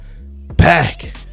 back